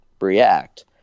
react